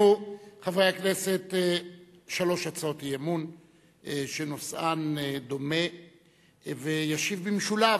חבר הכנסת יואל חסון, הצעת